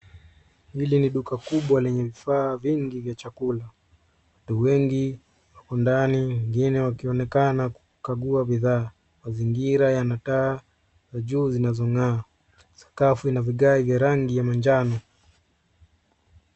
Hili ni duka kubwa lenye bidhaa nyingi vya chakula. Watu wengi wako ndani, wengine wakionekana wakikagua bidhaa. Mazingira yanakaa na juu zinazong'aa kwa sakafu na vigai vya rangi ya majano.